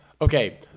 Okay